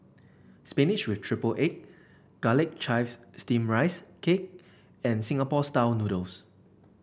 spinach with triple egg Garlic Chives Steamed Rice Cake and Singapore style noodles